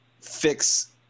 fix